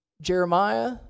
Jeremiah